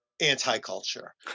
anti-culture